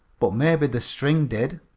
but maybe the string did.